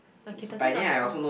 okay thirty not so old